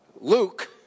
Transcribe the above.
Luke